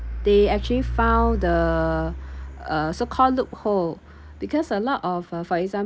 they actually found the uh so called loophole because a lot of uh for example